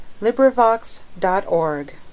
LibriVox.org